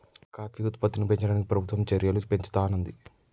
coffee ఉత్పత్తుల్ని పెంచడానికి ప్రభుత్వం చెర్యలు పెంచుతానంది